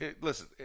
listen